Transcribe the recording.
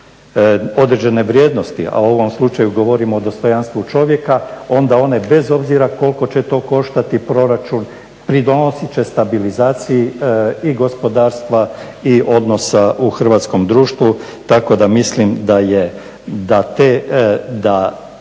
određene vrijednosti, a u ovom slučaju govorimo o dostojanstvu čovjeka onda one bez obzira koliko će to koštati proračun pridonosit će stabilizaciji i gospodarstva i odnosa u hrvatskom društvu. Tako da mislim da te dvije